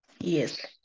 Yes